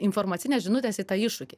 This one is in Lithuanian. informacines žinutes į tą iššūkį